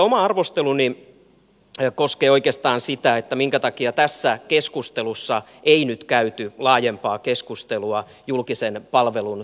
oma arvosteluni koskee oikeastaan sitä minkä takia tässä keskustelussa ei nyt käyty laajempaa keskustelua julkisen palvelun tehtävästä